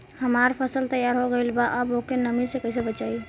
हमार फसल तैयार हो गएल बा अब ओके नमी से कइसे बचाई?